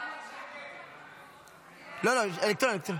--- לא, אלקטרונית.